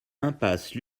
impasse